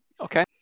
Okay